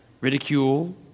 Ridicule